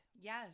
Yes